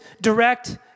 direct